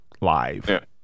Live